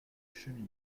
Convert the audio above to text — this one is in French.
cheminée